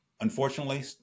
Unfortunately